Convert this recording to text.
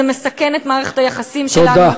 זה מסכן את מערכת היחסים שלנו.